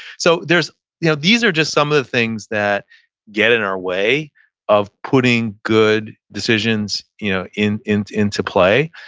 so there's you know these are just some of the things that get in our way of putting good decisions you know into into play.